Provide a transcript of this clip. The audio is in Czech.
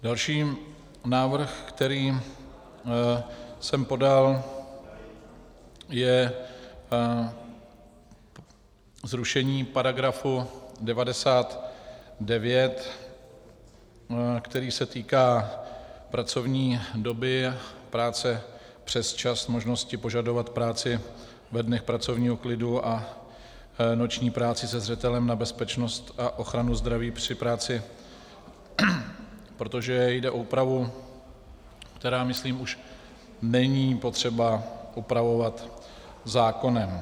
Další návrh, který jsem podal, je zrušení § 99, který se týká pracovní doby, práce přesčas, možnosti požadovat práci ve dnech pracovního klidu a noční práci se zřetelem na bezpečnost a ochranu zdraví při práci, protože jde o úpravu, kterou, myslím, už není potřeba upravovat zákonem.